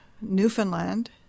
newfoundland